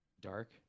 dark